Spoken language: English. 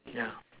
ya